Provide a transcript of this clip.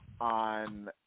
on